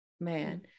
man